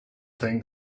think